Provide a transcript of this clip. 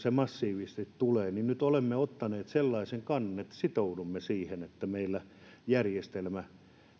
se massiivisesti tulee olemme nyt ottaneet sellaisen kannan että sitoudumme siihen että meillä järjestelmä